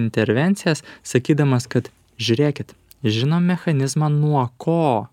intervencijas sakydamas kad žiūrėkit žinom mechanizmą nuo ko